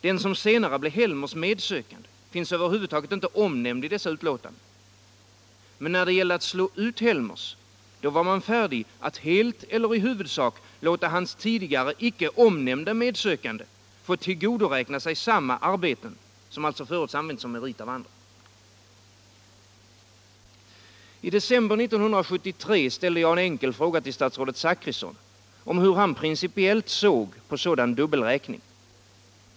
Den som senare blev Helmers medsökande finns över huvud taget inte omnämnd i dessa utlåtanden. Men när det gällde att slå ut Helmers, då var man färdig att helt eller i huvudsak låta hans tidigare icke omnämnda medsökande få tillgodoräkna sig samma arbeten som förut använts som merit av andra. I december 1973 ställde jag en enkel fråga till statsrådet Zachrisson om hur han principiellt såg på sådan dubbelräkning.